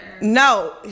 No